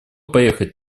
поехать